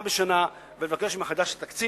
בשנה כעניים בפתח ולבקש מחדש את התקציב.